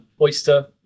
oyster